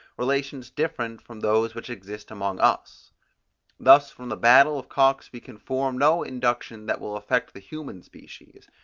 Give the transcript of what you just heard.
relations different from those which exist among us thus from the battle of cocks we can form no induction that will affect the human species.